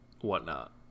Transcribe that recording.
whatnot